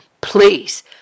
please